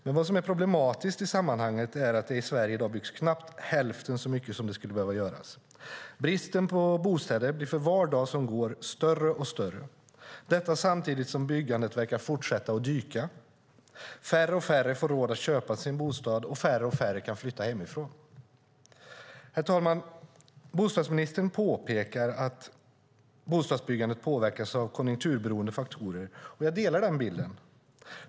Men vad som är problematiskt i sammanhanget är att det i Sverige har byggts knappt hälften så mycket som det skulle behövas. Bristen på bostäder blir för var dag som går större och större, detta samtidigt som byggandet verkar fortsätta att dyka. Färre och färre får råd att köpa sin bostad, och färre och färre kan flytta hemifrån. Herr talman! Bostadsministern påpekar att bostadsbyggandet påverkas av konjunkturberoende faktorer, och jag håller med.